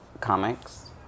comics